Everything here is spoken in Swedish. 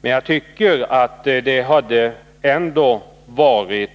Men det hade varit